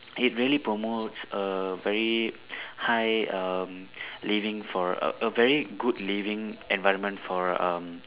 it really promotes a very high um living for a a very good living environment for um